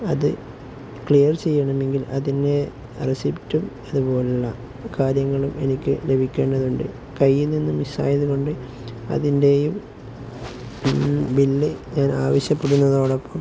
അത് ക്ലിയർ ചെയ്യണമെങ്കിൽ അതിൻ്റെ റെസിപ്റ്റും അതുപോലെയുള്ള കാര്യങ്ങളും എനിക്ക് ലഭിക്കേണ്ടതുണ്ട് കയ്യിൽ നിന്ന് മിസ്സായതുകൊണ്ട് അതിൻ്റെയും ബില് ഞാൻ ആവശ്യപ്പെടുന്നതോടൊപ്പം